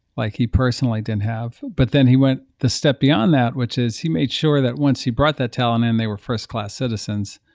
like he personally didn't have. but then he went the step beyond that, which is he made sure that once he brought that talent in, they were first-class citizens,